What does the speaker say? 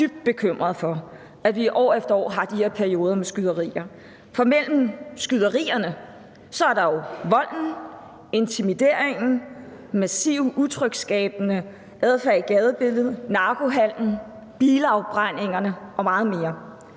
dybt bekymret for, at vi år efter år har de her perioder med skyderier, for mellem skyderierne er der jo volden, intimideringen, massiv utryghedsskabende adfærd i gadebilledet, narkohandel, bilafbrændinger og meget mere.